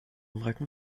rücken